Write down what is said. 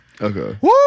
Okay